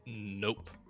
Nope